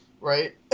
Right